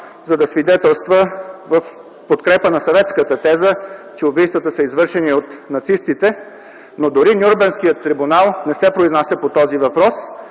за да свидетелства в подкрепа на съветската теза, че убийствата са извършени от нацистите. Дори Нюрнбергския трибунал не се произнася по този въпрос,